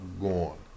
gone